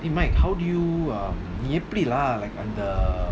eh mike how do you நீஎப்பிடிடாஅந்த:nee epdida andha